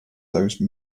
those